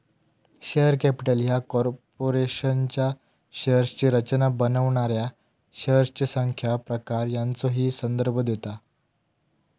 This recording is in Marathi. शेअर कॅपिटल ह्या कॉर्पोरेशनच्या शेअर्सची रचना बनवणाऱ्या शेअर्सची संख्या, प्रकार यांचो ही संदर्भ देता